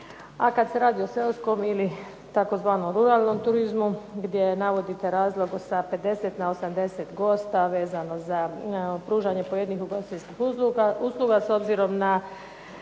a kad se radi o seoskom ili tzv. ruralnom turizmu gdje navodite razlog sa 50 na 80 gosta vezano za pružanje pojedinih ugostiteljskih usluga